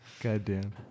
Goddamn